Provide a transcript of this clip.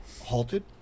halted